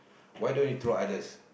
why don't you throw others